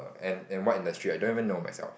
and and what industry I don't even know myself